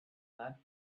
that